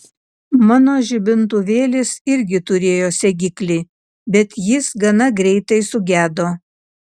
mano žibintuvėlis irgi turėjo segiklį bet jis gana greitai sugedo